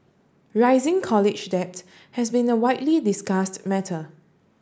rising college debt has been a widely discussed matter